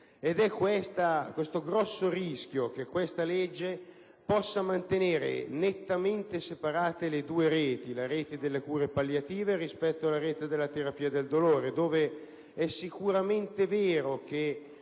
Il grosso rischio è che questa legge possa mantenere nettamente separate le due reti: la rete delle cure palliative rispetto alla rete della terapia del dolore. È sicuramente vero che